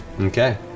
Okay